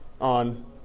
on